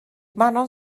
manon